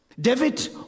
David